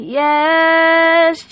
yes